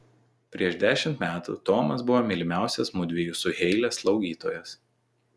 prieš dešimt metų tomas buvo mylimiausias mudviejų su heile slaugytojas